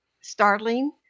startling